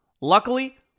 Luckily